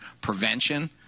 prevention